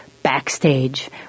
Backstage